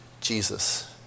Jesus